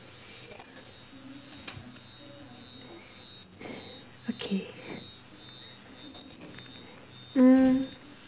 okay mm